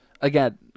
Again